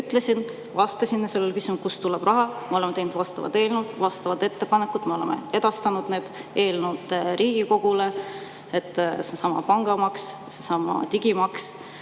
ütlesin, vastasin küsimusele, kust tuleb raha. Me oleme teinud vastavad eelnõud, vastavad ettepanekud, me oleme edastanud need eelnõud Riigikogule: seesama pangamaks, seesama digimaks.